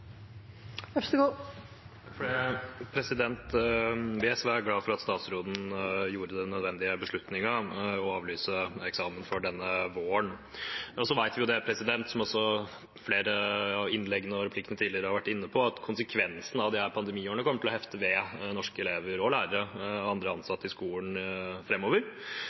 glad for at statsråden tok den nødvendige beslutningen og avlyste eksamen for denne våren. Vi vet, som også flere har vært inne på i innlegg og replikker, at konsekvensen av disse pandemiårene kommer til å hefte ved norske elever, lærere og andre ansatte i skolen